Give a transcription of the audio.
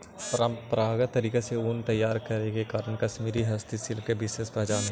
परम्परागत तरीका से ऊन तैयार करे के कारण कश्मीरी हस्तशिल्प के विशेष पहचान हइ